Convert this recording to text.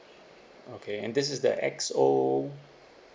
okay and this is the XO